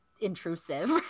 intrusive